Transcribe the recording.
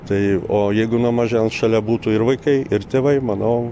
tai o jeigu nuo mažens šalia būtų ir vaikai ir tėvai manau